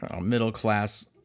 middle-class